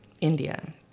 India